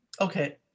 Okay